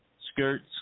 skirts